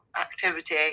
activity